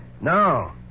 No